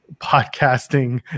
podcasting